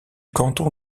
canton